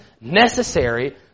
necessary